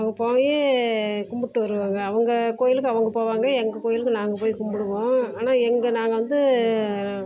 அவங்க போய் கும்பிட்டு வருவாங்க அவங்க கோயிலுக்கு அவங்க போவாங்க எங்கள் கோவிலுக்கு நாங்கள் போய் கும்பிடுவோம் ஆனால் எங்கள் நாங்கள் வந்து